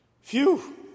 Phew